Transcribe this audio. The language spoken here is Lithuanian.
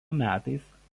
metais